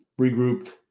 regrouped